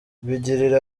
bigirire